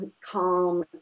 calm